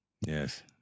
Yes